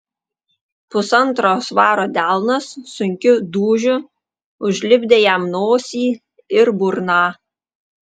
pusantro svaro delnas sunkiu dūžiu užlipdė jam nosį ir burną